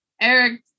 Eric